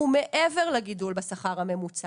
הוא מעבר לגידול בשכר הממוצע